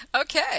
Okay